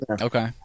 okay